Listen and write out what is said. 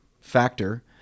factor